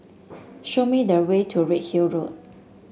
show me the way to Redhill Road